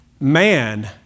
Man